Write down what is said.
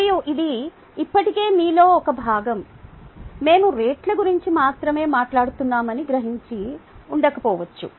మరియు ఇది ఇప్పటికే మీలో ఒక భాగం మేము రేట్ల గురించి మాత్రమే మాట్లాడుతున్నామని గ్రహించి ఉండకపోవచ్చు